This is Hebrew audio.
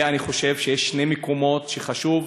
אני חושב שיש שני מקומות ששם זה חשוב,